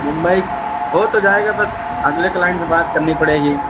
मुम्बई हो तो जाएगा बस अगले क्लाइंट से बात करनी पड़ेगी